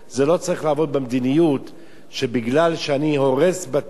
זה לא צריך לעבוד במדיניות שמכיוון שאני הורס בתים